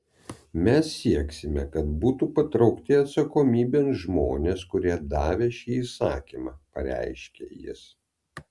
mes sieksime kad būtų patraukti atsakomybėn žmonės kurie davė šį įsakymą pareiškė jis